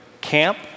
camp